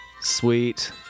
Sweet